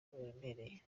biremereye